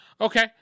Okay